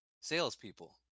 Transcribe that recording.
salespeople